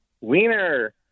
Wiener